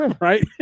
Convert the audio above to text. Right